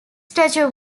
statue